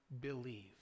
believe